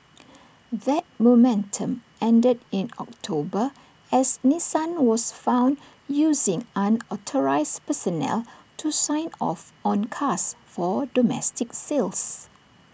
that momentum ended in October as Nissan was found using unauthorised personnel to sign off on cars for domestic sales